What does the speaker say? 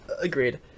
Agreed